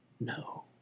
No